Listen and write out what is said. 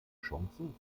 chancen